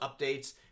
updates